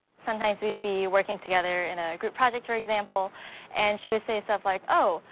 sometimes we'd be working together in a group project for example and she would say stuff like oh,